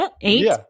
Eight